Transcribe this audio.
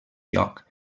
lloc